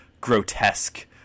grotesque